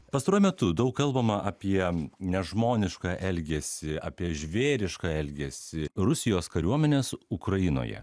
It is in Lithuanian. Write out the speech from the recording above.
pastaruoju metu daug kalbama apie nežmonišką elgesį apie žvėrišką elgesį rusijos kariuomenės ukrainoje